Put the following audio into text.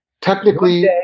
technically